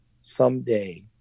someday